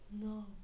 No